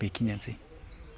बेखिनियानोसै